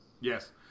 Yes